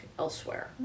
elsewhere